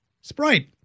Sprite